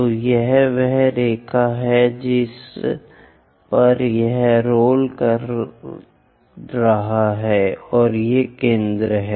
तो यह वह रेखा है जिस पर यह रोल करने जा रहा है और ये केंद्र हैं